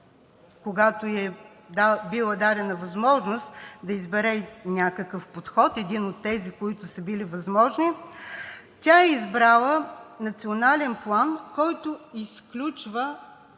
когато ѝ е била дадена възможност да избере някакъв подход – един от тези, които са били възможни, тя е избрала национален план, който изключва